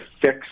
fix